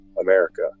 america